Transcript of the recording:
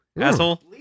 asshole